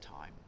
time